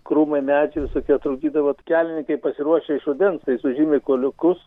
krūmai medžiai visokie trukdydavo kelininkai pasiruošę iš rudens tai sužymi kuoliukus